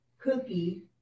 cookie